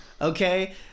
Okay